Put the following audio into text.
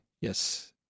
Yes